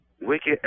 wicked